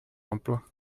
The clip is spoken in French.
l’emploi